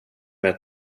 med